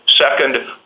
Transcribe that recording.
Second